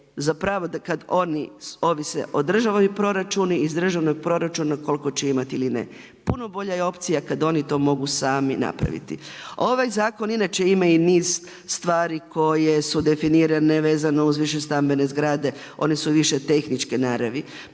je da kada oni ovise o državnim proračunima iz državnog proračuna koliko će imati ili ne, puno bolja opcija kada oni to mogu sami napraviti. Ovaj zakon inače ima i niz stvari koje su definirane vezano uz više stambene zgrade, one su više tehničke naravi.